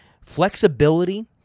flexibility